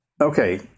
Okay